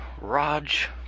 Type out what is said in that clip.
Raj